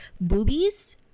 boobies